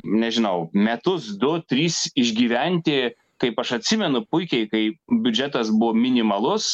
nežinau metus du tris išgyventi kaip aš atsimenu puikiai kai biudžetas buvo minimalus